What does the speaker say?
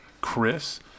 Chris